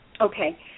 Okay